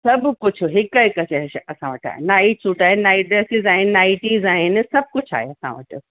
सभु कुजु हिकु हिकु शइ शइ असां वटि आहे नाइट सूट आहिनि नाइट ड्रेसिज़ आहिनि नाइटीज़ आहिनि सभु कुझु आहे असां वटि